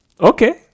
Okay